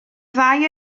ddau